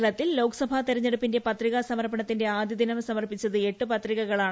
കേരളത്തിൽ ലോക്സഭാ തെരഞ്ഞെടുപ്പിന്റെ പത്രികാ സമർപ്പണത്തിന്റെ ആദ്യദിനം സമർപ്പിച്ചത് എട്ടു പത്രികകളാണ്